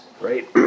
right